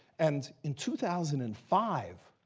and in two thousand and five,